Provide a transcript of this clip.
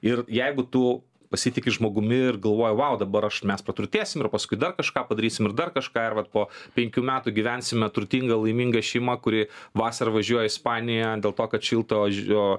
ir jeigu tu pasitiki žmogumi ir galvoji wow dabar mes praturtėsim ir paskui dar kažką padarysim ir dar kažką ir vat po penkių metų gyvensime turtinga laiminga šeimą kuri vasarą važiuoja į ispaniją dėl to kad šilta